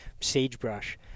sagebrush